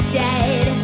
dead